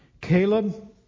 Caleb